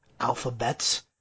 alphabets